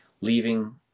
leaving